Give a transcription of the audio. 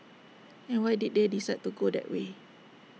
and why did they decide to go that way